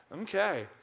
Okay